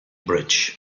bridge